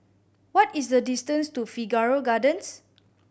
what is the distance to Figaro Gardens